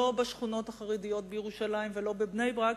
לא בשכונות החרדיות בירושלים ולא בבני-ברק